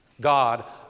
God